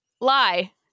Lie